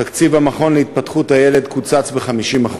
תקציב המכון להתפתחות הילד קוצץ ב-50%,